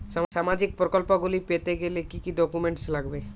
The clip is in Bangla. সামাজিক প্রকল্পগুলি পেতে গেলে কি কি ডকুমেন্টস লাগবে?